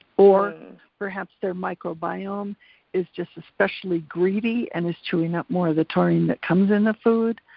or perhaps their microbiome is just especially greedy and is chewing up more of the taurine that comes in the food.